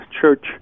church